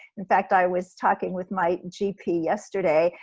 in fact, i was talking with my gp yesterday,